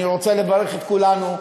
אני רוצה לברך את כולנו,